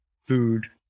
food